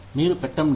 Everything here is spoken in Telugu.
మీరు పెట్టండి